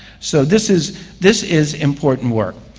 so, this is this is important work.